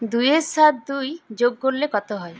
দুইয়ের সাথে দুই যোগ করলে কত হয়